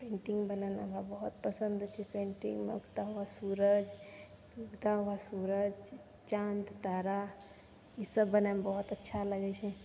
painting बनाना हमरा बहुत पसन्द छै पेन्टिंगमे उगता हुआ सूरज उगता हुआ सूरज चाँद तारा ई सब बनायमे बहुत अच्छा लागै छै